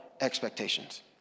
expectations